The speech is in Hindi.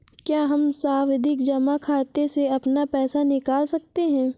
क्या हम सावधि जमा खाते से अपना पैसा निकाल सकते हैं?